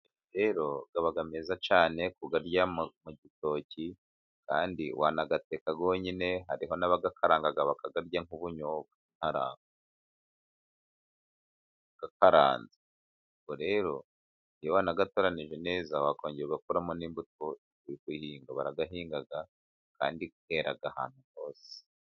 Amajeri rero aba meza cyane kuyarya mu gitoki, kandi wanayateka yonyine. Hariho n'abayakaranga bakayarya nk'ubunyobwa. Inkananka akaranze. Ubwo rero iyo wanayatoranyije neza, wakongera ugakuramo n'imbuto yo guhinga. Barayahinga kandi yera ahantu hose.